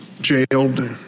jailed